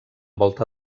volta